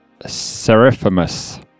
Seraphimus